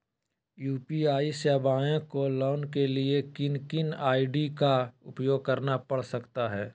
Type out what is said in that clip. UPI सेवाएं को लाने के लिए किन किन आई.डी का उपयोग करना पड़ सकता है?